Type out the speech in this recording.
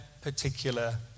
particular